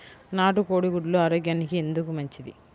నాటు కోడి గుడ్లు ఆరోగ్యానికి ఎందుకు మంచిది?